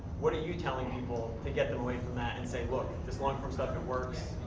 what are you telling people to get them away from that and saying, look, just learn from stuff that works.